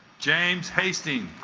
james hasting